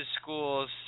schools